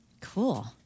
Cool